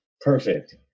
Perfect